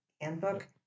handbook